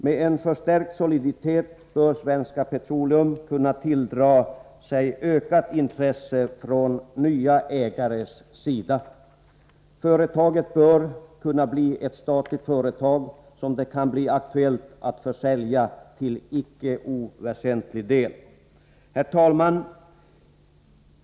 Med en förstärkt soliditet bör Svenska Petroleum kunna tilldra sig ökat intresse från nya ägares sida. Företaget bör kunna bli ett statligt företag, som det kan bli aktuellt att försälja till icke oväsentlig del. Herr talman!